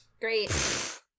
great